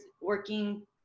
working